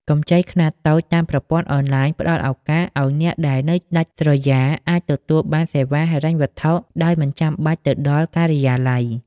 កម្ចីខ្នាតតូចតាមប្រព័ន្ធអនឡាញ ផ្ដល់ឱកាសឱ្យអ្នកដែលនៅដាច់ស្រយាលអាចទទួលបានសេវាហិរញ្ញវត្ថុដោយមិនចាំបាច់ទៅដល់ការិយាល័យ។